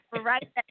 Right